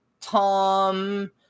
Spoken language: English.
Tom